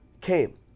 came